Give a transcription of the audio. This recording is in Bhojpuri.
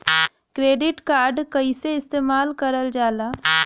क्रेडिट कार्ड कईसे इस्तेमाल करल जाला?